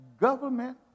government